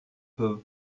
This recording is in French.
peu